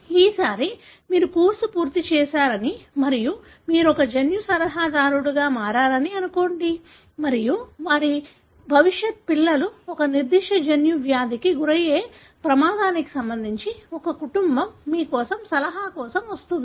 ఈసారి మీరు కోర్సు పూర్తి చేశారని మరియు మీరు ఒక జన్యు సలహాదారుగా మారారని అనుకోండి మరియు వారి భవిష్యత్తు పిల్లలు ఒక నిర్దిష్ట జన్యు వ్యాధికి గురయ్యే ప్రమాదానికి సంబంధించి ఒక కుటుంబం మీ కోసం సలహా కోసం వస్తుంది